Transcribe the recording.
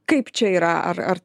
kaip čia yra ar ar